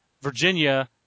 Virginia